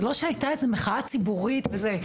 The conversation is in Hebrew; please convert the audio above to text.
זה לא שהייתה איזה מחאה ציבורית וזה,